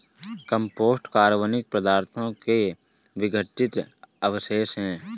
compost कार्बनिक पदार्थों के विघटित अवशेष हैं